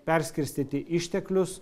perskirstyti išteklius